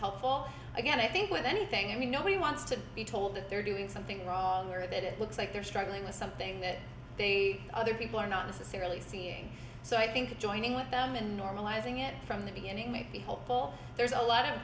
helpful again i think with anything i mean nobody wants to be told that they're doing something wrong or that it looks like they're struggling with something that they other people are not necessarily seeing so i think joining with them and normalizing it from the beginning might be helpful there's a lot of